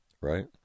right